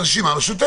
לא להפריע לווליד.